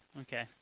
Okay